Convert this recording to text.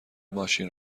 ماشین